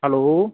hello